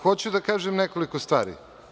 Hoću da kažem nekoliko stvari.